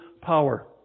power